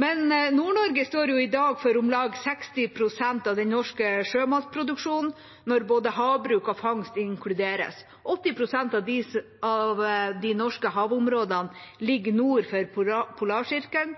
Men Nord-Norge står jo i dag for om lag 60 pst. av den norske sjømatproduksjonen, når både havbruk og fangst inkluderes. 80 pst. av de norske havområdene ligger nord for polarsirkelen,